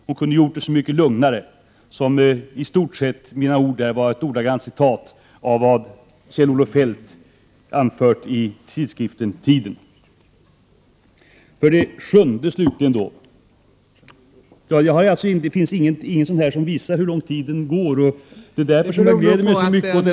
Hon kunde ha gjort det så mycket lugnare som mina ord i stort sett var ett ordagrant citat av vad Kjell-Olof Feldt har anfört i tidskriften Tiden.